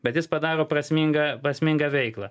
bet jis padaro prasmingą prasmingą veiklą